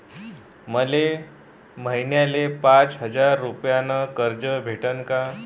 मले महिन्याले पाच हजार रुपयानं कर्ज भेटन का?